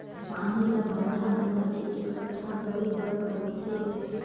पानी ल बांधा बना के एकटठा करे बर परथे